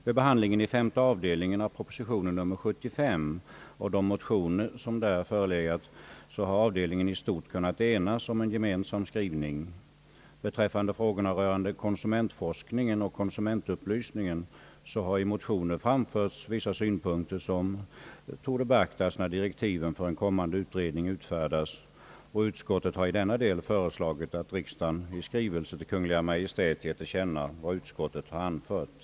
Vid behandlingen i femte avdelningen av proposition nr 75 och de motioner, som därvid förelegat, har avdelningen i stort kunnat enas om en gemensam skrivning; Beträffande frågorna rörande konsumentforskning och konsumentupplysning har i motioner framförts vissa synpunkter, som torde beaktas, när direktiven för en kommande utredning utfärdas, och utskottet har i denna del föreslagit riksdagen att i skrivelse till Kungl. Maj:t ge till känna vad utskottet har anfört.